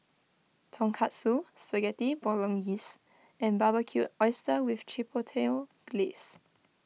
Tonkatsu Spaghetti Bolognese and Barbecued Oysters with Chipotle Glaze